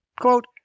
Quote